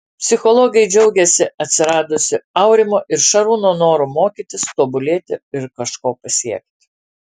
psichologai džiaugiasi atsiradusiu aurimo ir šarūno noru mokytis tobulėti ir kažko pasiekti